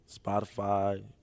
Spotify